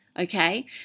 Okay